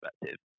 perspective